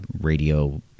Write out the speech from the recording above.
radio